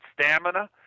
stamina